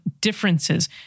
differences